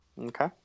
okay